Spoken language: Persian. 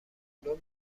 جلو